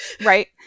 Right